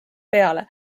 peale